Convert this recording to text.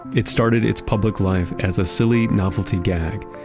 it started its public life as a silly novelty gag,